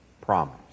promise